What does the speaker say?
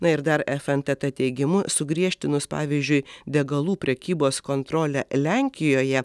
na ir dar fntt teigimu sugriežtinus pavyzdžiui degalų prekybos kontrolę lenkijoje